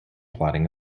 plotting